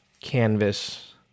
canvas